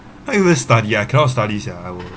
can't even study I cannot study sia I will